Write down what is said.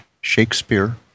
shakespeare